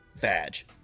badge